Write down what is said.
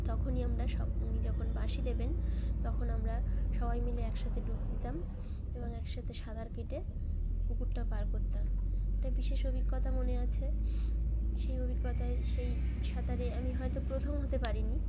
তখনই আমরা সব উনি যখন বাঁশি দেবেন তখন আমরা সবাই মিলে একসাথে ডুব দিতাম এবং একসাথে সাঁতার কেটে পুকুরটা পার করতাম একটা বিশেষ অভিজ্ঞতা মনে আছে সেই অভিজ্ঞতায় সেই সাঁতারে আমি হয়তো প্রথম হতে পারিনি